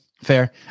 fair